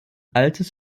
altes